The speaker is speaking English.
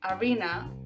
arena